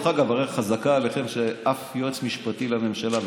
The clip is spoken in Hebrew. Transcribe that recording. הרי חזקה עליכם שאף יועץ משפטי לממשלה,